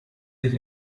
sich